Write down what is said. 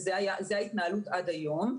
וזאת ההתנהלות עד היום,